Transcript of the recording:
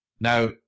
Now